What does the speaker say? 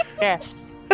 Yes